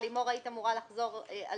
לימור, היית אמורה לחזור עם